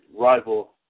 rival